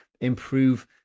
improve